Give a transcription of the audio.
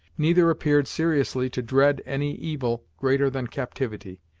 neither appeared seriously to dread any evil greater than captivity,